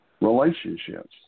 Relationships